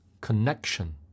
connection